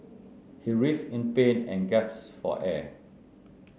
he writhed in pain and gasped for air